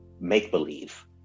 make-believe